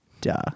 Duh